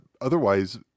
otherwise